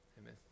Amen